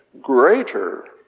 greater